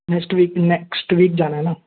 next week next week जाना है ना